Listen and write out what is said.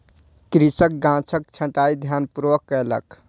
कृषक गाछक छंटाई ध्यानपूर्वक कयलक